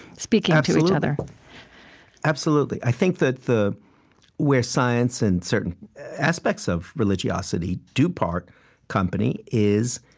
speaking to each other absolutely. i think that the where science and certain aspects of religiosity do part company is,